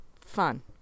Fun